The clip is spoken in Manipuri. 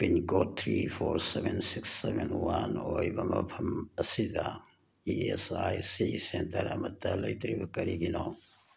pin code three four seven six seven one ꯑꯣꯏꯕ ꯃꯐꯝ ꯑꯁꯤꯗ E S I C centre ꯑꯃꯇ ꯂꯩꯇ꯭ꯔꯤꯕ ꯀꯔꯤꯒꯤꯅꯣ